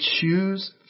choose